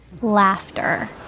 Laughter